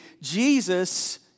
Jesus